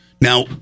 now